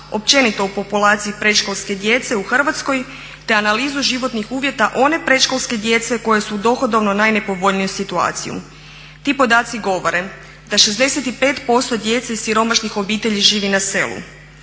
općenito u populaciji predškolske djece u Hrvatskoj, te analizu životnih uvjeta one predškolske djece koja su u dohodovno najnepovoljnijoj situaciji. Ti podaci govore da 65% djece i siromašnih obitelji živi na selu,